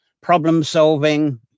problem-solving